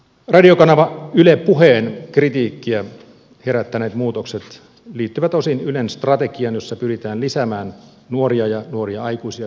radiokanava yle puheen kritiikkiä herättäneet muutokset liittyvät osin ylen strategiaan jossa pyritään lisäämään nuoria ja nuoria aikuisia kiinnostavia sisältöjä